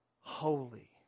holy